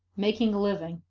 making a living,